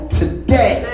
today